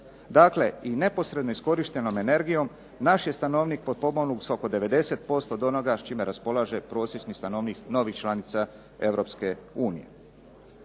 Dakle, i neposredno iskorištenom energijom naš je stanovnik potpomognut sa oko 90% od onoga s čime raspolaže prosječni stanovnik novih članica